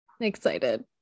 excited